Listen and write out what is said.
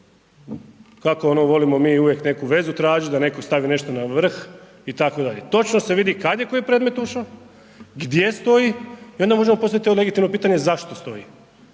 kako volimo mi ono uvijek neku vezu tražiti, da netko stavi nešto na vrh itd. Točno se vidi, kada je koji predmet ušao, gdje stoji i onda možemo postaviti legitimno pitanje zašto stoji.